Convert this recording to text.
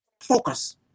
focus